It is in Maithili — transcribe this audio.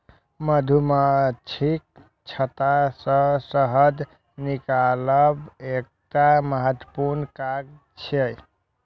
मधुमाछीक छत्ता सं शहद निकालब एकटा महत्वपूर्ण काज छियै